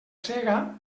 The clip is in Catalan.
sega